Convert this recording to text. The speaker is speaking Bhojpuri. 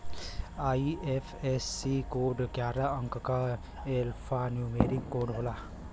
आई.एफ.एस.सी कोड ग्यारह अंक क एल्फान्यूमेरिक कोड होला